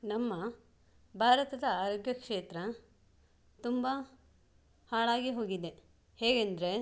ನಮ್ಮ ಭಾರತದ ಆರೋಗ್ಯ ಕ್ಷೇತ್ರ ತುಂಬ ಹಾಳಾಗಿ ಹೋಗಿದೆ ಹೇಗೆಂದರೆ